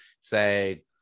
say